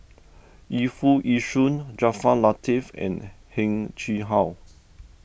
Yu Foo Yee Shoon Jaafar Latiff and Heng Chee How